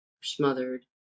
smothered